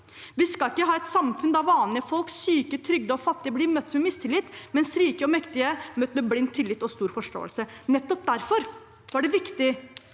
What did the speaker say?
Vi skal ikke ha et samfunn der vanlige folk, syke, trygdede og fattige blir møtt med mistillit, mens rike og mektige blir møtt med blind tillit og stor forståelse. Nettopp derfor var det viktig